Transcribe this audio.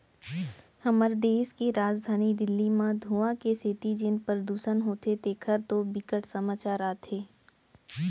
हमर देस के राजधानी दिल्ली म धुंआ के सेती जेन परदूसन होथे तेखर तो बिकट समाचार आथे